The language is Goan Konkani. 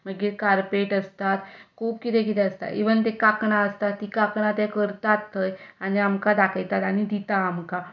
मागीर कार्पेट आसता खूब कितें कितें आसता इव्हन तीं कांकणां आसतात तीं कांकणां ते करतात थंय आनी आमकां दाखयतात आनी दिता आमकां